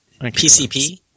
PCP